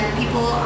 people